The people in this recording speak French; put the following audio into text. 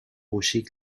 rochers